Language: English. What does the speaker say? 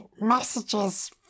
messages